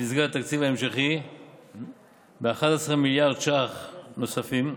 מסגרת התקציב ההמשכי ב-11 מיליארד שקלים נוספים,